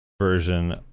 version